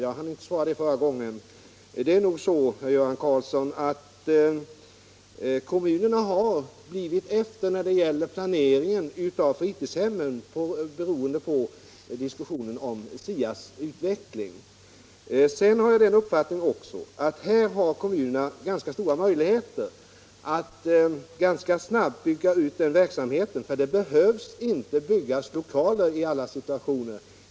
Tyvärr hann jag inte svara förra gången, men det är nog så, att kommunerna till följd av diskussionen om SIA:s utveckling har blivit efter när det gäller planeringen av fritidshemmen. Jag har också den uppfattningen att kommunerna har ganska stora möjligheter att rätt snabbt bygga ut den verksamheten, för man behöver inte bygga lokaler i alla situationer.